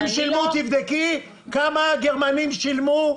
הגרמנים שילמו,